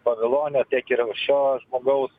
pavilonio tiek ir šio žmogaus